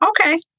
okay